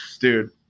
dude